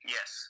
Yes